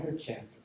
chapter